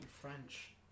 French